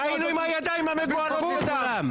ראינו עם הידיים המגואלות בדם.